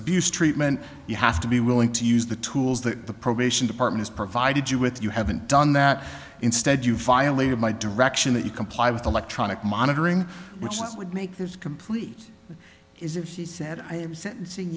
abuse treatment you have to be willing to use the tools that the probation department has provided you with you haven't done that instead you violated my direction that you comply with electronic monitoring which would make there's complete is if he said i am sentencing